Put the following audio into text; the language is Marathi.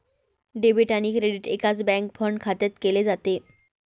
डेबिट आणि क्रेडिट एकाच बँक फंड खात्यात केले जाते